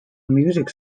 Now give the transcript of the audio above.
music